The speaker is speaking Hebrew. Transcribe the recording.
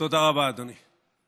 תודה רבה, אדוני.